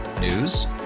News